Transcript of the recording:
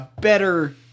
better